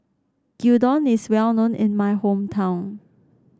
Gyudon is well known in my hometown